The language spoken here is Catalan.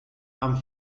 amb